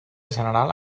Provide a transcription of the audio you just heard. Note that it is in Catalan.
general